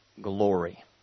glory